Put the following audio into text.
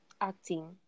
acting